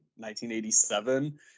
1987